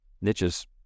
niches